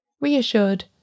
Reassured